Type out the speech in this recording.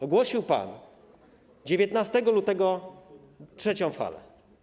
Ogłosił pan 19 lutego trzecią falę.